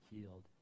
healed